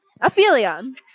aphelion